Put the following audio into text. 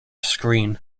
screen